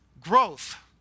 growth